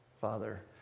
Father